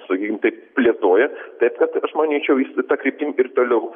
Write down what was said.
sakykim taip plėtoja taip kad aš manyčiau jis ta kryptim ir toliau